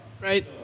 Right